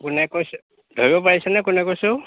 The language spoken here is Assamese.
কোনে কৈছে ধৰিব পাৰিছানে কোনে কৈছোঁ